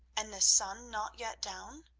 and the sun not yet down?